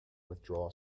withdraw